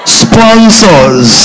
sponsors